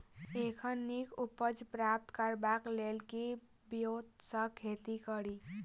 एखन नीक उपज प्राप्त करबाक लेल केँ ब्योंत सऽ खेती कड़ी?